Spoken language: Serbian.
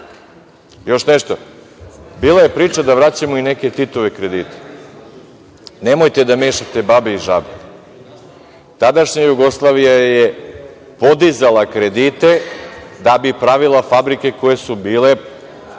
nešto. Bila je priča da vraćamo i neke Titove kredite. Nemojte da mešate babe i žabe. Tadašnja Jugoslavija je podizala kredite da bi pravila fabrike koje su bile